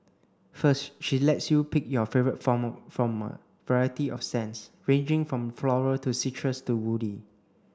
first she lets you pick your favourite from a variety of scents ranging from floral to citrus to woody